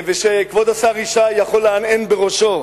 ושכבוד השר ישי יכול להנהן בראשו,